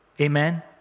Amen